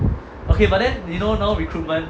okay but then you know now recruitment